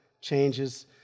changes